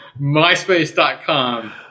MySpace.com